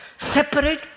separate